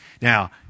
Now